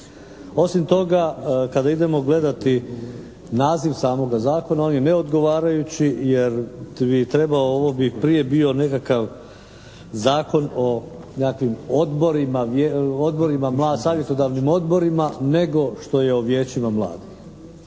Osim toga kada idemo gledati naziv samoga zakona on je neodgovarajući jer bi trebao, ovo bi prije bio nekakav zakon o nekakvim odborima, odborima, savjetodavnim odborima nego što je o vijećima mladih.